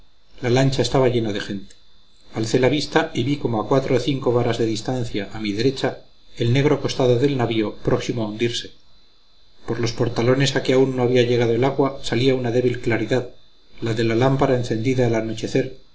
la lancha estaba llena de gente alcé la vista y vi como a cuatro o cinco varas de distancia a mi derecha el negro costado del navío próximo a hundirse por los portalones a que aún no había llegado el agua salía una débil claridad la de la lámpara encendida al anochecer